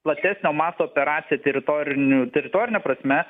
platesnio masto operaciją teritoriniu teritorine prasme